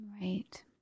Right